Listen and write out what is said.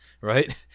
right